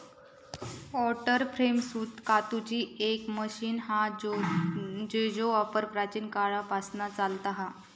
water frame सूत कातूची एक मशीन हा जेचो वापर प्राचीन काळापासना चालता हा